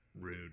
rude